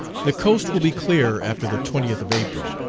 the coast will be clear after the twentieth of april.